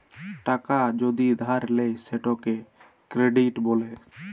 টাকা যদি ধার লেয় সেটকে কেরডিট ব্যলে